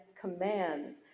commands